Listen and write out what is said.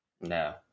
No